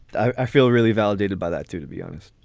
i feel really validated by that, too, to be honest.